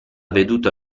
veduto